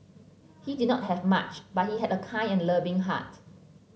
he did not have much but he had a kind and loving heart